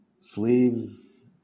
sleeves